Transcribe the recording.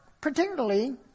particularly